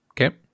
Okay